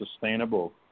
sustainable